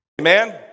Amen